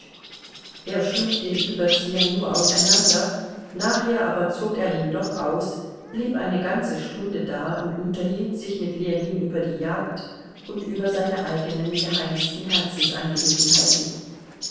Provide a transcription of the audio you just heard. er schlug den überzieher nur auseinander nachher aber zog er ihn doch aus blieb eine ganze stunde da und unterhielt sich mit ljewin über die jagd und über seine eigenen geheimsten